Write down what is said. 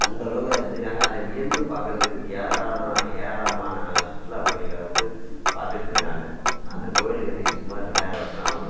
அந்தளவுக்கு அதை செஞ்சுருக்காங்க அதை வியந்து பார்க்கறதுக்கு ஏராளம் ஏராளமான சுற்றுலாப் பயணிகள் வந்து பார்த்துக்கிட்டு இருக்காங்க அந்தக் கோயில் கட்டிட்டு சுமார் ரெண்டாயிரம் வருஷம் ஆகுது